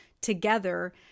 together